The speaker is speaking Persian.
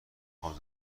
خوام